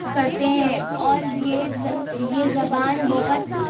کرتے ہیں اور یہ یہ زبان بہت